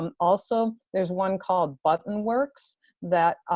um also, there's one called button works that,